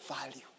value